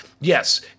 Yes